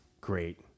great